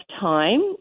time